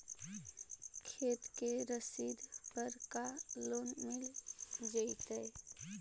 खेत के रसिद पर का लोन मिल जइतै?